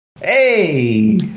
Hey